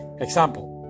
example